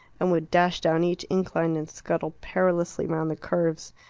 and would dash down each incline and scuttle perilously round the curves.